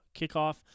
kickoff